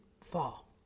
fall